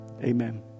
Amen